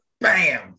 Bam